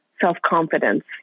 self-confidence